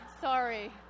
sorry